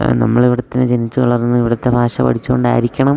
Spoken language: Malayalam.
നമ്മൾ അവിടെത്തന്നെ ജനിച്ച് വളർന്ന് ഇവിടത്തെ ഭാഷ പഠിച്ചതുകൊണ്ടായിരിക്കണം